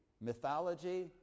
Mythology